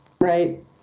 right